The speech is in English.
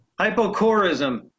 Hypocorism